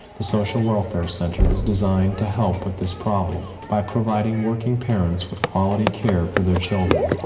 the social welfare center is designed to help with this problem by providing working parents with quality care for their children.